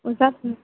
ओसब